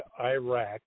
Iraq